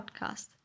podcast